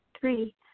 Three